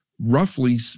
roughly